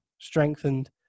strengthened